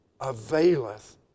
availeth